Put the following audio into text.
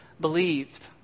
believed